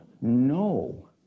no